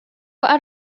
out